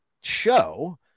show